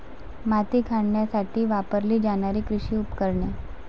माती खणण्यासाठी वापरली जाणारी कृषी उपकरणे